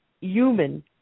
human